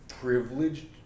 privileged